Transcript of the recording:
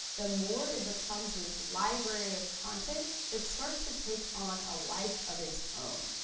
the more it becomes this library of content that starts to take on a life of its own.